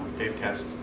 dave test,